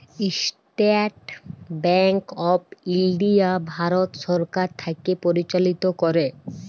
State bank of India Bharat সরকার থ্যাকে পরিচালিত ক্যরে